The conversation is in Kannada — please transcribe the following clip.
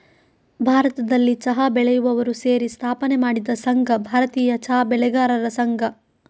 ಭಾರತದಲ್ಲಿ ಚಾ ಬೆಳೆಯುವವರು ಸೇರಿ ಸ್ಥಾಪನೆ ಮಾಡಿದ ಸಂಘ ಭಾರತೀಯ ಚಾ ಬೆಳೆಗಾರರ ಸಂಘ